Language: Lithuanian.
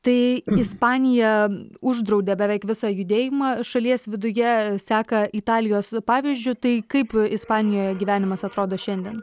tai ispanija uždraudė beveik visą judėjimą šalies viduje seka italijos pavyzdžiu tai kaip ispanijoje gyvenimas atrodo šiandien